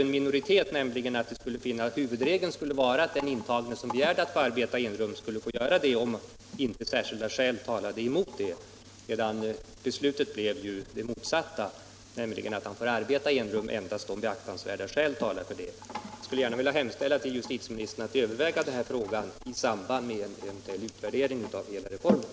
En minoritet hävdade att huvudregeln skulle vara att den intagne som begärde att få arbeta i enrum skulle få göra det, om inte särskilda skäl talade emot. Beslutet blev tyvärr det motsatta, nämligen att vederbörande får arbeta i enrum endast om beaktansvärda skäl talar härför. Jag skulle vilja hemställa till justitieministern att överväga den frågan i samband med en eventuell utvärdering av hela reformen.